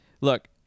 Look